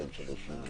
קודם כול, שנבין